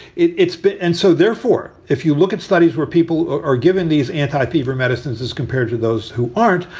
it's been. and so therefore, if you look at studies where people are given these anti fever medicines as compared to those who aren't,